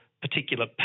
particular